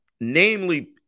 Namely